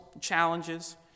challenges